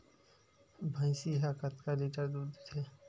भंइसी हा कतका लीटर दूध देथे?